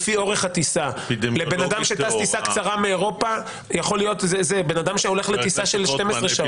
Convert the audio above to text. אז אולי לפי אורך הטיסה טיסה קצרה מאירופה לעומת בן אדם שטס 12 שעות.